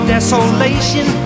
Desolation